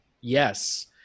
yes